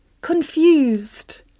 confused